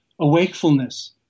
Awakefulness